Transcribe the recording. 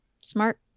smart